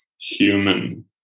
human